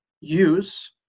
use